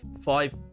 five